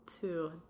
Two